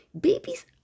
Babies